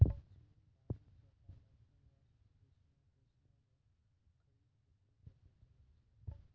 चीन Bharat Japan Australia जैसनो देश मे खरीद बिक्री के प्रचलन छै